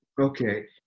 Okay